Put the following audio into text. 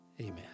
amen